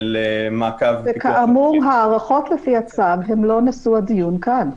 למעקב ופיקוח --- כאמור הארכות לפי הצו הן לא נשוא הדיון כאן.